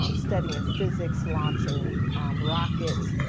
um studying and physics, launching rockets.